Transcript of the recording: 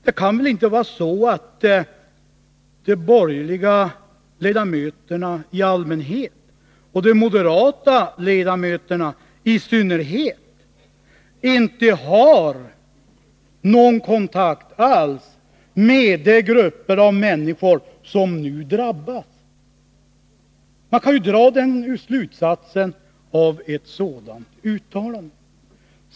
Det kan väl inte vara så att de borgerliga ledamöterna i allmänhet och de moderata ledamöterna i synnerhet inte har någon kontakt alls med de grupper av människor som nu drabbas. Man kan ju dra den slutsatsen av ett sådant uttalande.